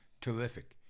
terrific